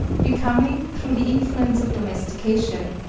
becoming, through the influence of domestication,